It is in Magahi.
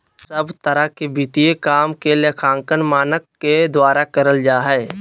सब तरह के वित्तीय काम के लेखांकन मानक के द्वारा करल जा हय